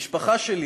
המשפחה שלי